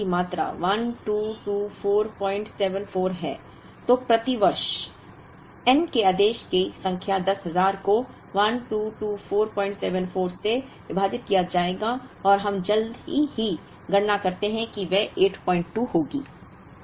यदि ऑर्डर की मात्रा 122474 है तो प्रति वर्ष n के आदेश की संख्या 10000 को 122474 से विभाजित किया जाएगा और हम जल्दी से गणना करते हैं कि वह 82 होगी